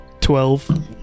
Twelve